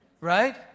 Right